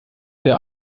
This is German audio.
der